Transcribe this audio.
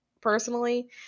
personally